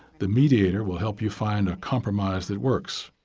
the mediator will help you find a compromise that works.